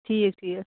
ٹھیٖک ٹھیٖک